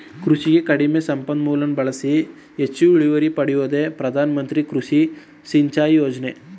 ಕೃಷಿಗೆ ಕಡಿಮೆ ಸಂಪನ್ಮೂಲನ ಬಳ್ಸಿ ಹೆಚ್ಚು ಇಳುವರಿ ಪಡ್ಯೋದೇ ಪ್ರಧಾನಮಂತ್ರಿ ಕೃಷಿ ಸಿಂಚಾಯಿ ಯೋಜ್ನೆ